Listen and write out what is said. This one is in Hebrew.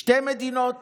שתי מדינות